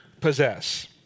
possess